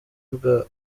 bwa